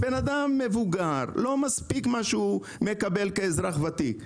אם לאדם מבוגר לא מספיק הסכום אותו הוא מקבל כאזרח ותיק,